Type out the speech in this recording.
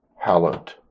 hallowed